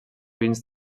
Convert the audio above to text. vins